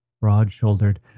Broad-shouldered